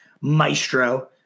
maestro